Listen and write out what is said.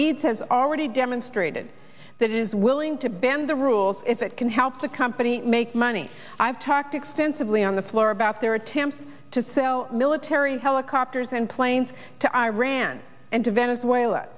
eads has already demonstrated that it is willing to bend the rules if it can help the company make money i've talked extensively on the floor about their attempts to sell military helicopters and planes to iran and venezuela